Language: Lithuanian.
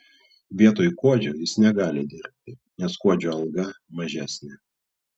vietoj kuodžio jis negali dirbti nes kuodžio alga mažesnė